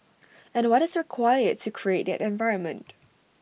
and what is required to create that environment